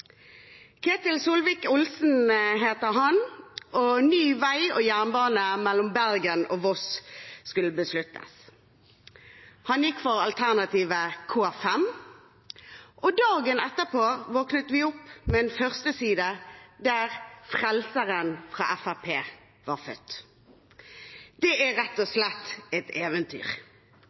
Ketil Solvik-Olsen het han, og ny vei og jernbane mellom Bergen og Voss skulle besluttes. Han gikk for alternativ K5. Dagen etter våknet vi opp med en førsteside der frelseren fra Fremskrittspartiet var født. Det var rett og slett et eventyr.